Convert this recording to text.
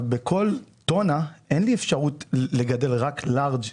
בכל טונה אין לי אפשרות לגדל רק לארג',